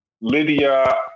Lydia